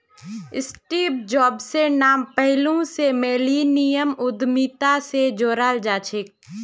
Steve जॉब्सेर नाम पैहलौं स मिलेनियम उद्यमिता स जोड़ाल जाछेक